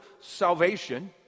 salvation